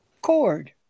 cord